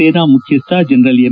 ಸೇನಾ ಮುಖ್ಯಸ್ವ general M